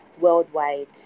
worldwide